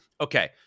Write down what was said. Okay